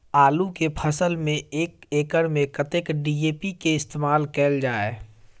आलु केँ फसल मे एक एकड़ मे कतेक डी.ए.पी केँ इस्तेमाल कैल जाए?